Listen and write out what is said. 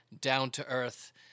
down-to-earth